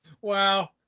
Wow